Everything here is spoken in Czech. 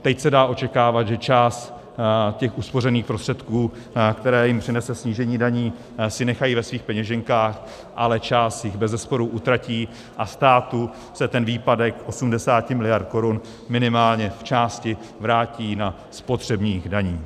Teď se dá očekávat, že část uspořených prostředků, které jim přinese snížení daní, si nechají ve svých peněženkách, ale část jich bezesporu utratí a státu se ten výpadek 80 miliard korun minimálně zčásti vrátí na spotřebních daních.